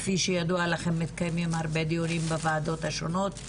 כפי שידוע לכם מתקיימים הרבה דיונים בוועדות השונות,